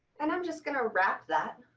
and i'm just gonna wrap that